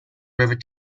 river